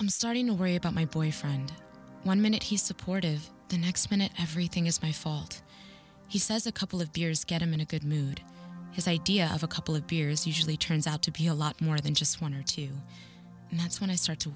i'm starting to worry about my boyfriend one minute he's supportive the next minute everything is my fault he says a couple of beers get him in a good mood his idea of a couple of beers usually turns out to be a lot more than just one or two and that's when i start to